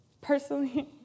personally